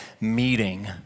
meeting